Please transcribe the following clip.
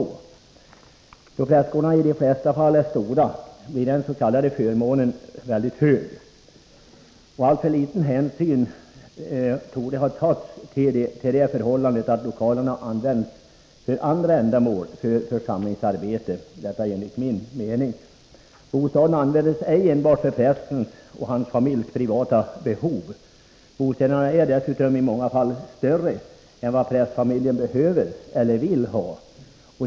Då prästgårdarna i de flesta fall är stora blir den s.k. förmånen mycket hög. Alltför liten hänsyn torde enligt min mening ha tagits till det förhållandet att lokalerna används för andra ändamål, för församlingsarbete. Bostaden används inte enbart för prästens och hans familjs privata behov. Bostäderna är dessutom i många fall större än vad prästfamiljen behöver eller vill ha.